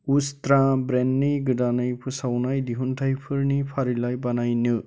उस्त्रा ब्रेन्डनि गोदानै फोसावनाय दिहुनथाइफोरनि फारिलाय बानायनो